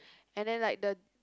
and then like the